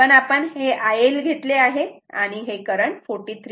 पण आपण हे IL घेतले आहे आणि हे करंट 43